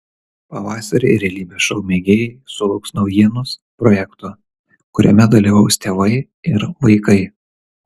pavasarį realybės šou mėgėjai sulauks naujienos projekto kuriame dalyvaus tėvai ir vaikai